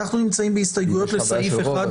אנחנו נמצאים בהסתייגויות לסעיף .1 אם יש לך בעיה של רוב,